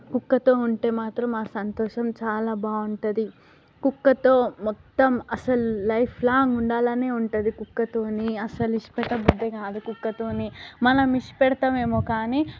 కుక్కతో ఉంటే మాత్రం ఆ సంతోషం చాలా బాగుంటుంది కుక్కతో మొత్తం అస్సలు లైఫ్ లాంగ్ ఉండాలనే ఉంటుంది కుక్కతోని అస్సలు విడిచిపెట్టబుద్ది కాదు కుక్కతోని మనం విడిచిపెడతామేమో కానీ